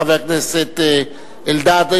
חבר הכנסת אלדד.